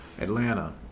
Atlanta